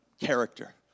character